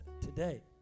today